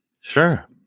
Sure